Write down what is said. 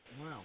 wow